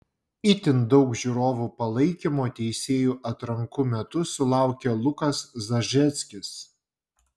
itin daug žiūrovų palaikymo teisėjų atrankų metu sulaukė lukas zažeckis